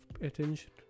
attention